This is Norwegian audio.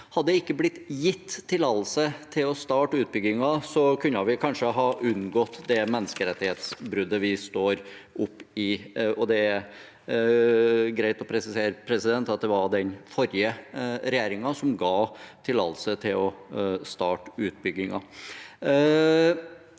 Hadde det ikke blitt gitt tillatelse til å starte utbyggingen, kunne vi kanskje ha unngått det menneskerettsbruddet vi står oppi. Det er greit å presisere at det var den forrige regjeringen som ga tillatelse til å starte utbyggingen.